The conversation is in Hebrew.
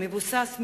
מבוסס,